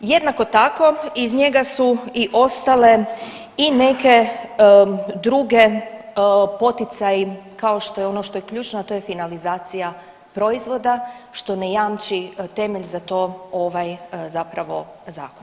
Jednako tako iz njega su i ostale i neke druge poticaji kao što je ono što je ključno, a to je finalizacija proizvoda, što ne jamči temelj za to ovaj zapravo zakon.